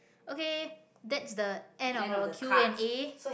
okay that's the end of our Q and A